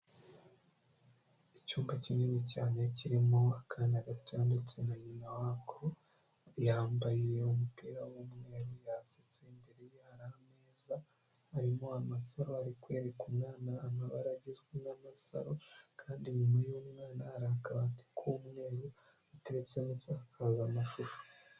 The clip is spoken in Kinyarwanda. Icyumba kinini cyane kirimo akana gatoya ndetse na nyina wako, yambariye umupira w'umweru yasetse imbere hari ameza, harimo amasaro, ari kwereka umwana amabara agizwe n'amasaro kandi inyuma y'umwana hari akabati k'umweru gateretsemo insakazamashusho.